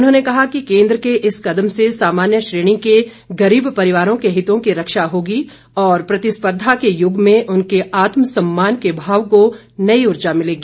उन्होंने कहा कि केंद्र के इस कदम से सामान्य श्रेणी के गरीब परिवारों के हितों की रक्षा होगी और प्रतिस्पर्धा के युग में उनके आत्म सम्मान के भाव को नई ऊर्जा मिलेगी